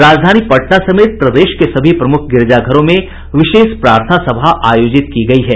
राजधानी पटना समेत प्रदेश के सभी प्रमुख गिरिजाघरों में विशेष प्रार्थना सभा आयोजित की गई हैं